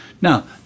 Now